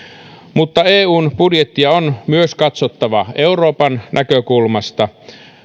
mutta eun budjettia on myös katsottava euroopan näkökulmasta